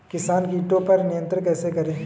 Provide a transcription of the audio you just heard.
किसान कीटो पर नियंत्रण कैसे करें?